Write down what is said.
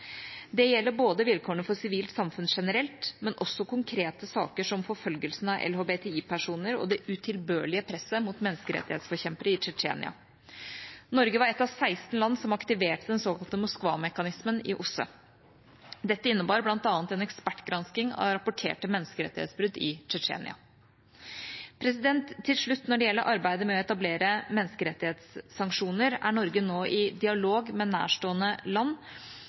Det gjelder både vilkårene for sivilt samfunn generelt og konkrete saker som forfølgelsen av LHBTI-personer og det utilbørlige presset mot menneskerettighetsforkjempere i Tsjetsjenia. Norge var ett av 16 land som aktiverte den såkalte Moskva-mekanismen i OSSE. Dette innebar bl.a. en ekspertgransking av rapporterte menneskerettighetsbrudd i Tsjetsjenia. Til slutt: Når det gjelder arbeidet med å etablere menneskerettighetssanksjoner, er Norge nå i dialog med nærstående land